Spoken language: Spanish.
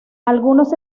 algunos